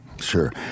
Sure